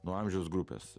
nuo amžiaus grupės